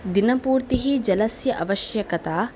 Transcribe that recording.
दिनपूर्तिः जलस्य आवश्यकता